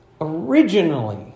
Originally